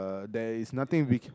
there is nothing we